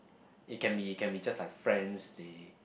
it can be it can be just like friends they